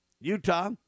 Utah